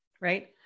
right